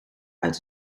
uit